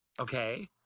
Okay